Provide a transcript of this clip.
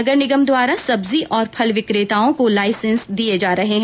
नगर निगम द्वारा सब्जी और फल विक्रेताओं को लाइसेंस भी दिये जा रहे है